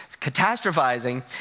Catastrophizing